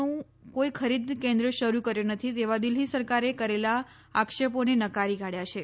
નું કોઈ ખરીદ કેન્દ્ર શરૂ કર્યું નથી તેવા દિલ્હી સરકારે કરેલા આક્ષેપોને નકારી કાઢ્યા છે